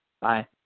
Bye